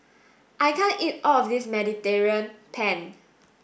I can't eat all of this Mediterranean Penne